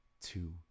two